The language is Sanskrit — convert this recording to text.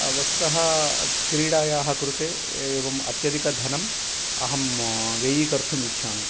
वस्तुतः क्रीडायाः कृते एवम् अत्यधिकधनम् अहं व्ययीकर्तुम् इच्छामि